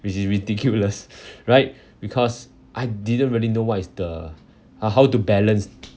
which is ridiculous right because I didn't really know what is the uh how to balance